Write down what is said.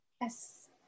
Yes